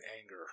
Anger